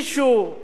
ודאי לא אני,